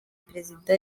prezida